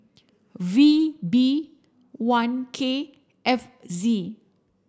V B one K F Z